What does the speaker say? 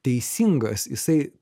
teisingas jisai